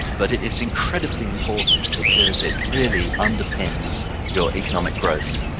but it is incredibly important because it really underpins your economic growth.